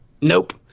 Nope